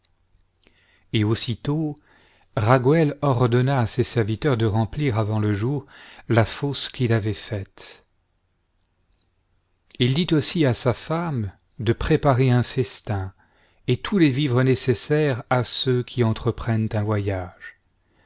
et aussitôt raguel ordonna à ses serviteurs de remplir avant le jour la fosse qu'ils avaient faite il dit aussi à sa femme de préparer un festin et tous les vivres nécessaires à ceux qui entreprennent un voyage